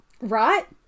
Right